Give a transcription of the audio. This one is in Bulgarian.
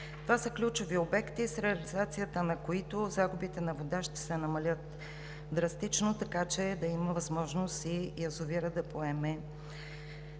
Това са ключови обекти, с реализацията на които загубата на вода ще се намали драстично, така че да има възможност язовирът да поеме